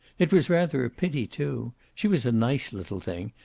it was rather a pity, too. she was a nice little thing,